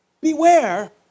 beware